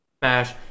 smash